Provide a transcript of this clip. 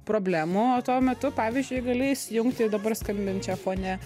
problemų o tuo metu pavyzdžiui gali įsijungti dabar skambančia fone